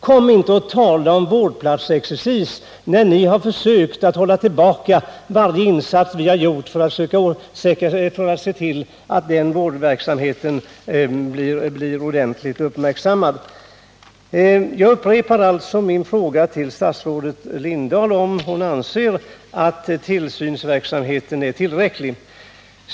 Kom inte och tala om vårdplatsexercis när ni har försökt hålla tillbaka varje insats vi har velat få till stånd för att den här vårdverksamheten skulle bli ordentligt uppmärksammad! Jag upprepar min fråga till statsrådet Lindahl: Anser statsrådet Lindahl att tillsynsverksamheten är tillräcklig?